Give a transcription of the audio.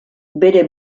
bere